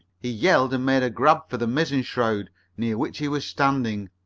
he yelled and made a grab for the mizzen shroud near which he was standing,